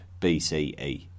BCE